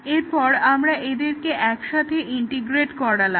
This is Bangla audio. এরপর আমরা এদেরকে একসাথে ইন্টিগ্রেট করালাম